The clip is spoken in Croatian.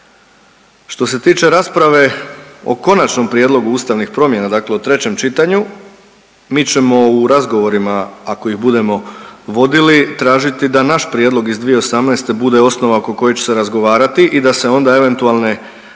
Što se tiče rasprave o konačnom prijedlogu ustavnih promjena dakle u trećem čitanju, mi ćemo u razgovorima ako ih budemo vodili tražiti da naš prijedlog iz 2018. bude osnova oko koje će se razgovarati i da se onda eventualne